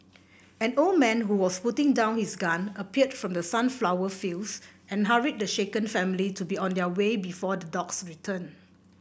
an old man who was putting down his gun appeared from the sunflower fields and hurried the shaken family to be on their way before the dogs return